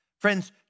Friends